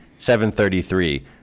733